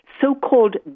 so-called